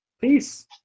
peace